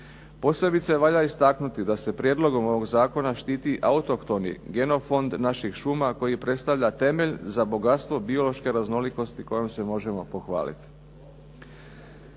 Posebice valja istaknuti da se prijedlogom ovog zakona štiti autohtoni genofond naših šuma koji predstavlja temelj za bogatstvo biološke raznolikosti kojom se možemo pohvaliti.